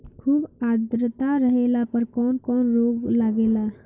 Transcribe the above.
खुब आद्रता रहले पर कौन कौन रोग लागेला?